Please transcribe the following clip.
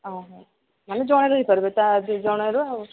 ଓହୋ ମାନେ ଜଣେ ରହିପାରିବେ ତା ଜଣେରୁ ଆଉ